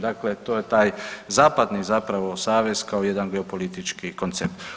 Dakle, to je taj zapadni zapravo savez kao jedan geopolitički koncept.